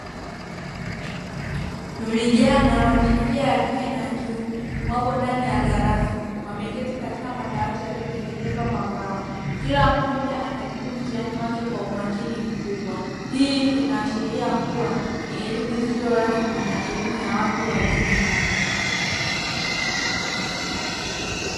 Vijana wa jinsia ya kike na ya kiume wapo ndani ya darasa wameketi katika madawati yaliyotengenezwa kwa mbao, kila mmoja anajibu mtihani wake kwa umakini mkubwa hii inaashiria kuwa ni elimu isiyo rasmi, na elimu ya watu wazima.